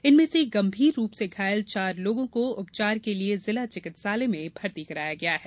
इनमें से गंभीर रूप से घायल चार लोगों को उपचार के लिए जिला चिकित्सालय में भर्ती कराया गया है